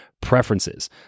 preferences